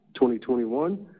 2021